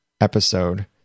episode